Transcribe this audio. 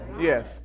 Yes